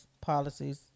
policies